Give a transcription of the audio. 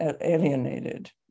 alienated